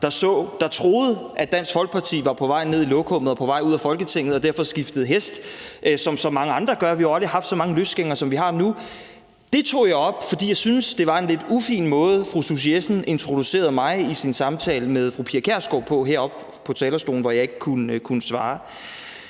der troede, at Dansk Folkeparti var på vej ned i lokummet og på vej ud af Folketinget og derfor skiftede hest, som så mange andre gør. Vi har jo aldrig haft så mange løsgængere, som vi har nu. Det tog jeg op, fordi jeg syntes, det var en lidt ufin måde, fru Susie Jessen introducerede mig på i sin samtale med fru Pia Kjærsgaard heroppe på talerstolen, hvor jeg ikke kunne svare.